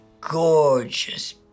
gorgeous